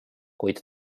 kuid